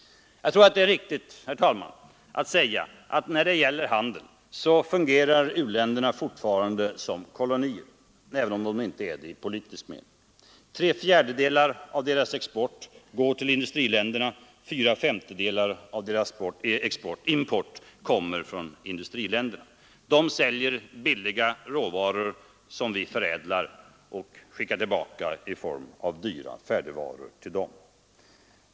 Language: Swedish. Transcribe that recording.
Jag tror det är riktigt, herr talman, att säga att när det gäller handeln fungerar u-länderna fortfarande som kolonier, även om de inte är det i politisk mening. Tre fjärdedelar av deras export går till industriländerna och fyra femtedelar av deras import kommer från industriländer. De säljer billiga råvaror till oss, som vi förädlar och sedan skickar tillbaka till dem i form av dyra färdigvaror.